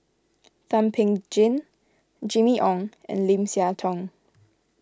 Thum Ping Tjin Jimmy Ong and Lim Siah Tong